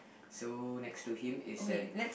so next to him is an